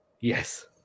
Yes